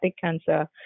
cancer